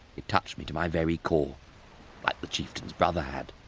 it touched me to my very core. like the chieftain's brother had.